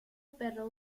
perro